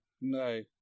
No